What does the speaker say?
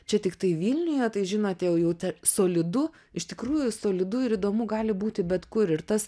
čia tiktai vilniuje tai žinote jau jau ta solidu iš tikrųjų solidu ir įdomu gali būti bet kur ir tas